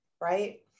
right